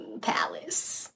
Palace